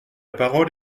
parole